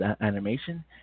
animation